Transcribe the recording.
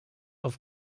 auf